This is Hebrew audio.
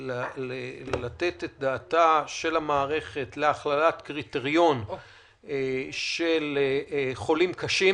לתת את דעתה של המערכת להכללת קריטריון של חולים קשים